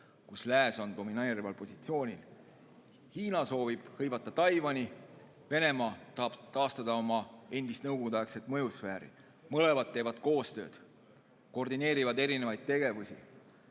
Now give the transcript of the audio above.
kus lääs on domineerival positsioonil. Hiina soovib hõivata Taiwani, Venemaa tahab taastada oma endist nõukogudeaegset mõjusfääri. Mõlemad teevad koostööd, koordineerivad tegevusi.